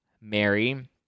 mary